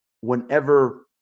whenever